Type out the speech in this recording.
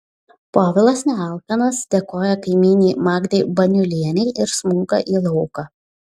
povilas nealkanas dėkoja kaimynei magdei baniulienei ir smunka į lauką